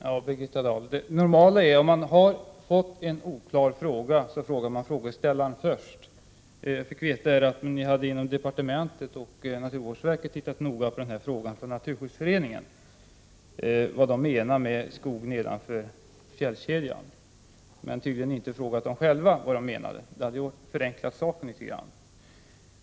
Herr talman! Det normala, Birgitta Dahl, om man har fått en oklar fråga, är att man frågar frågeställaren först. Vad jag fick veta är att ni inom departementet och inom naturvårdsverket hade tittat noga på den här frågan från Naturskyddsföreningen, när det gäller vad Naturskyddsföreningen menar med skog nedanför fjällkedjan, men tydligen inte frågat hos själva Naturskyddsföreningen vad man menade; det hade ju förenklat saken litet grand.